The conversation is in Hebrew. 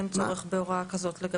אין צורך בהוראה כזאת.